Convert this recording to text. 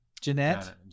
Jeanette